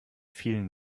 vielen